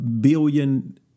billion